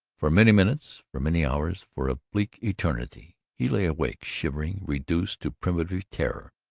for many minutes, for many hours, for a bleak eternity, he lay awake, shivering, reduced to primitive terror,